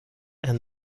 and